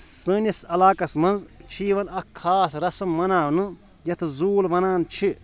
سٲنِس علاقَس منٛز چھِ یِوان اَکھ خاص رَسٕم مَناونہٕ یَتھ زوٗل وَنان چھِ